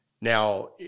Now